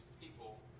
people